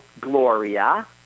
Gloria